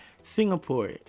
Singapore